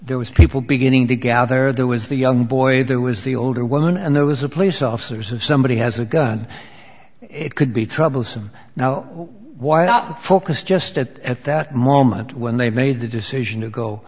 there was people beginning to gather there was the young boy there was the older woman and there was a police officers of somebody has a gun it could be troublesome now why not focus just that at that moment when they made the decision to go